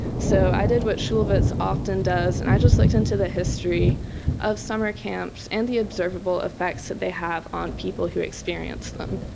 so i did what shulevitz often does and i just looked into the history of summer camps and the observable effects that they have on people who experience them.